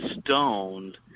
stoned